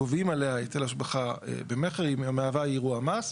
גובים עליה היטל השבחה במכר, היא מהווה אירוע מס.